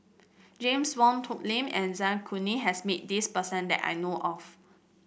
James Wong Tuck Yim and Zai Kuning has met this person that I know of